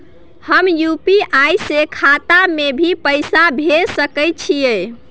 हम यु.पी.आई से खाता में भी पैसा भेज सके छियै?